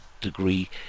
degree